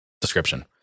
Description